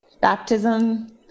Baptism